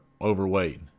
overweight